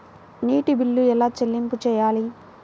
నీటి బిల్లు ఎలా చెల్లింపు చేయాలి?